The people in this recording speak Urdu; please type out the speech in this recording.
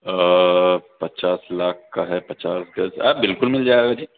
پچاس لاکھ کا ہے پچاس گز بالکل مل جائے گا جی